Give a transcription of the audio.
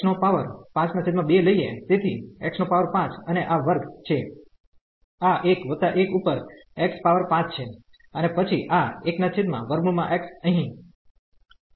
તેથી x5 અને આ વર્ગ છે આ 1 વત્તા 1 ઉપર x પાવર 5 છે અને પછી આ 1√ x અહીં